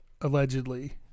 allegedly